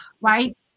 right